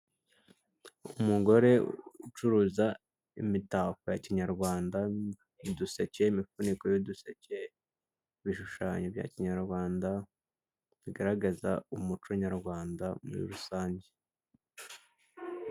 Umugore ucuruza imitako ya kinyarwanda uduseke imifuniko yuduseke ibishushanyo bya kinyarwanda bigaragaza umuco nyarwanda muri rusange.